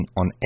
on